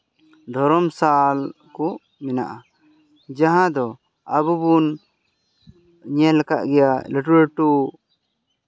ᱫᱷᱚᱨᱚᱢ ᱥᱟᱞ ᱠᱚ ᱢᱮᱱᱟᱜᱼᱟ ᱡᱟᱦᱟᱸ ᱫᱚ ᱟᱵᱚ ᱵᱚᱱ ᱧᱮᱞ ᱠᱟᱫ ᱜᱮᱭᱟ ᱞᱟᱹᱴᱩ ᱞᱟᱹᱴᱩ